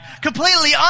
Completely